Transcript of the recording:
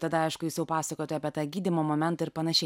tada aišku jūs jau pasakojot apie tą gydymo momentą ir panašiai